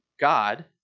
God